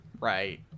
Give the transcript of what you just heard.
right